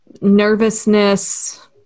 nervousness